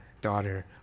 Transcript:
daughter